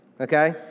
okay